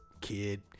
kid